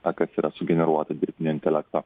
na kas yra sugeneruoti dirbtinio intelekto